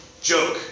Joke